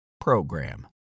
program